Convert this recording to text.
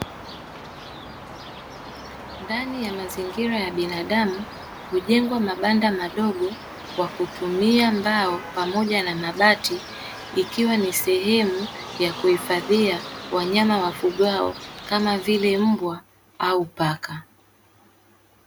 Ndani ya mazingira ya binadamu, hujengwa mabanda madogo kwa kutumia mbao, pamoja na mabati. Ikiwa ni sehemu ya kuhifadhia wanyama wafugwao kama vile mbwa au paka.